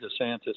DeSantis